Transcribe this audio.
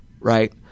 right